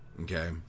Okay